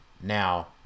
Now